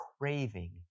craving